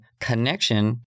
connection